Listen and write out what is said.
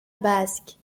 basque